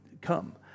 come